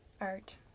art